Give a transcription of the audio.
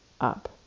up